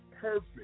perfect